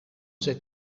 zet